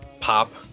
pop